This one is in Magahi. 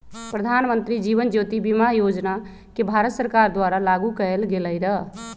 प्रधानमंत्री जीवन ज्योति बीमा योजना के भारत सरकार द्वारा लागू कएल गेलई र